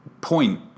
point